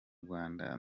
rwanda